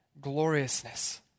gloriousness